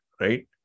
right